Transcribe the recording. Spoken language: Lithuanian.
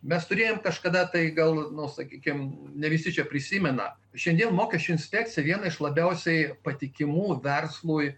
mes turėjom kažkada tai gal nu sakykim ne visi čia prisimena šiandien mokesčių inspekcija viena iš labiausiai patikimų verslui